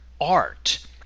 art